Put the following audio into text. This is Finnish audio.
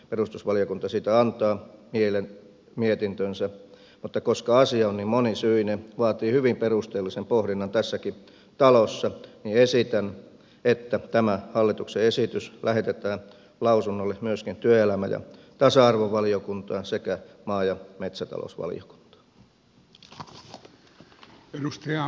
perustusvaliokunta siitä antaa mietintönsä mutta koska asia on niin monisyinen vaatii hyvin perusteellisen pohdinnan tässäkin talossa niin esitän että tämä hallituksen esitys lähetetään lausunnolle myöskin työelämä ja tasa arvovaliokuntaan sekä maa ja metsätalousvaliokuntaan